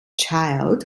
child